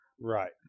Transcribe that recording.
Right